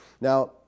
Now